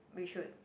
we should